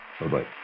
Bye-bye